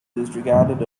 disregarded